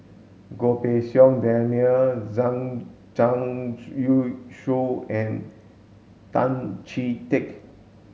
Goh Pei Siong Daniel Zhang Youshuo and Tan Chee Teck